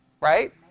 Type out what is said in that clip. Right